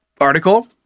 article